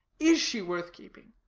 is she worth keeping?